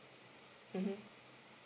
mmhmm